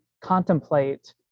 contemplate